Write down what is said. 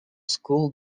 school